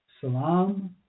salam